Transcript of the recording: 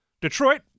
Detroit